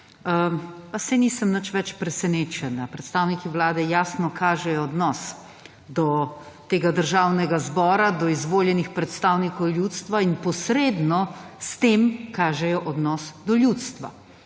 pa saj nisem nič več presenečena. Predstavniki Vlada jasno kažejo odnos do tega Državnega bora, od izvoljenih predstavnikov ljudstva in posredno s tem kažejo odnos do ljudstva,